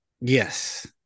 Yes